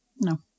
No